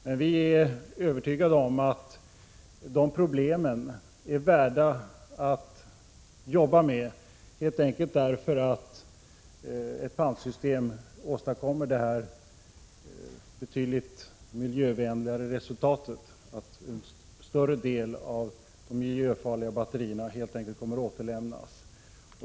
Men vi är övertygade om att de problemen är värda att jobba med, därför att ett pantsystem åstadkommer det betydligt mer miljövänliga resultatet att en större del av de miljöfarliga batterierna kommer att återlämnas.